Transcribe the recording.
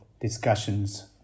discussions